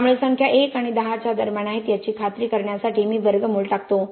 त्यामुळे संख्या 1 आणि 10 च्या दरम्यान आहेत याची खात्री करण्यासाठी मी वर्गमूळ टाकतो